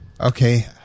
Okay